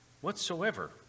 whatsoever